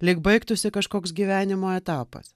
lyg baigtųsi kažkoks gyvenimo etapas